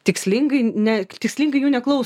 tikslingai ne tikslingai jų neklausom ar ne neklausiam